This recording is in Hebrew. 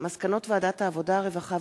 הצעת חוק תוכנית מימון להשכלה גבוהה,